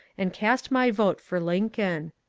and cast, my vote for lincoln.